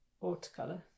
watercolor